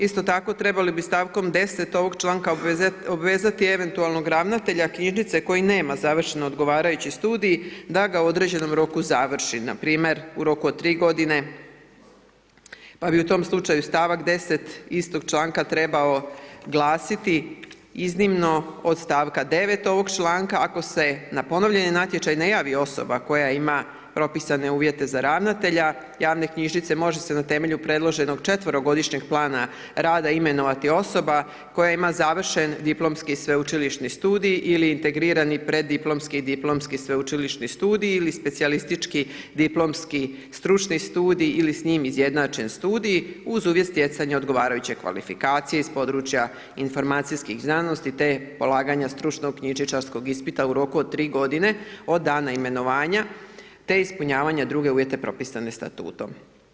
Isto tako trebali bi stavkom 10. ovog članka obvezati eventualnog ravnatelja knjižnice koji nema završeni odgovarajući studij da ga u određenom roku završi npr. u roku od 3 godine pa bi u tom slučaju stavak 10. istog članka trebao glasiti: Iznimno od stavka 9. ovog članka ako se na ponovljeni natječaj ne javi osoba koja ima propisane uvjete za ravnatelja javne knjižnice može se na temelju predloženog četverogodišnjeg plana rada imenovati osoba koja ima završen diplomski i sveučilišni studij ili integrirani preddiplomski i diplomski sveučilišni studij ili specijalistički diplomski stručni studij ili s njim izjednačen studij uz uvjet stjecanja odgovarajuće kvalifikacije iz područja informacijskih znanosti te polaganja stručnog knjižničarskog ispita u roku od 3 godine od dana imenovanja te ispunjavanje drugih uvjeta propisanih statutom.